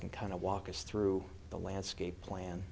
can kind of walk us through the landscape plan